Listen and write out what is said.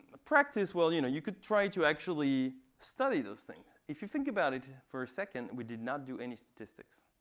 practice? well, you know you could try to actually study those things. if you think about it for a second, we did not do any statistics.